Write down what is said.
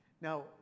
Now